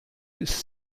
ist